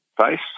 face